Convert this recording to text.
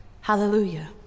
hallelujah